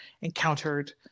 encountered